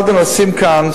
אחד הנושאים כאן,